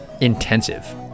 intensive